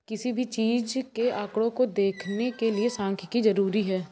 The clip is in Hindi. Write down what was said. किसी भी चीज के आंकडों को देखने के लिये सांख्यिकी जरूरी हैं